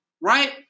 Right